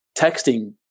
texting